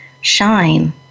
shine